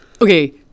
Okay